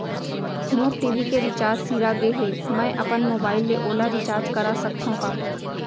मोर TV के recharge सिरा गे हे, मैं अपन मोबाइल ले ओला रिचार्ज करा सकथव का?